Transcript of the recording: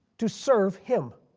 to serve him.